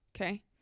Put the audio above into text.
okay